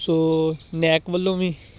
ਸੋ NAAC ਵੱਲੋਂ ਵੀ